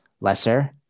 lesser